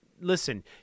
Listen